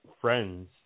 friends